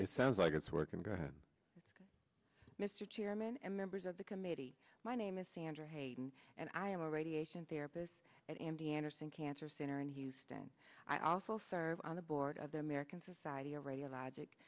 it sounds like it's working good mr chairman and members of the committee my name is sandra hayden and i am a radiation therapist at m d anderson cancer center in houston i also serve on the board of the american society of radiologic